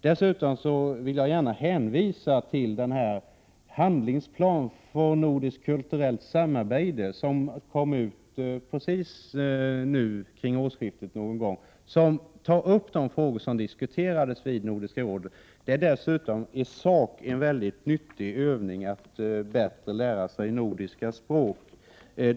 Dessutom vill jag gärna hänvisa till den handlingsplan för nordiskt kulturellt samarbete som kom ut någon gång kring årsskiftet och som tar upp de frågor som diskuterades i Nordiska rådet. Den är dessutom i sak en nyttig övning i att förstå nordiska språk.